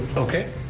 okay,